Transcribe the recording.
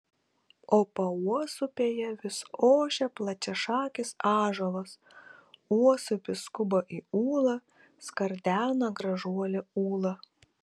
o pauosupėje vis ošia plačiašakis ąžuolas uosupis skuba į ūlą skardena gražuolė ūla